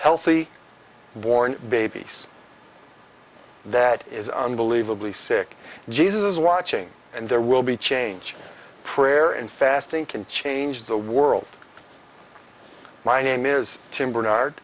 healthy born babies that is unbelievably sick jesus is watching and there will be change prayer and fasting can change the world my name is tim bernard